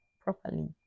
properly